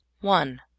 One